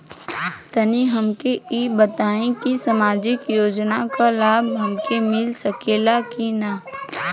तनि हमके इ बताईं की सामाजिक योजना क लाभ हमके मिल सकेला की ना?